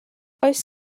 oes